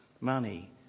money